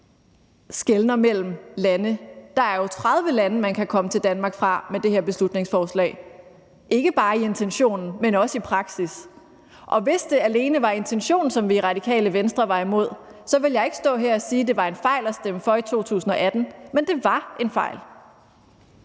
skelner mellem lande. Der er jo 30 lande, man kan komme til Danmark fra med det her beslutningsforslag – ikke bare i intentionen, men også i praksis. Og hvis det alene var intentionen, som vi i Radikale Venstre var imod, så ville jeg ikke stå her og sige, det var en fejl at stemme for i 2018. Men det var en fejl.